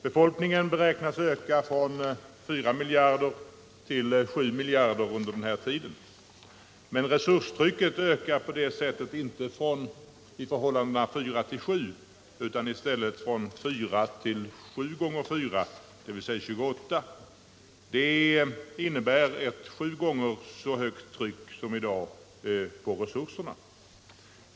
Befolkningen beräknas öka från 4 miljarder till 7 miljarder fram till sekelskiftet. Men resurstrycket ökar på det sättet inte i förhållandet 4 till 7, utan från 4 till 7 x 4, dvs. 28. Det innebär ett sju gånger så högt tryck som i dag på resurserna.